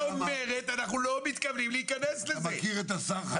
אתה מכיר את השר חמד עמאר?